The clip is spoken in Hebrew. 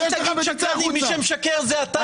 אל תגיד שקרנים, מי שמשקר זה אתה.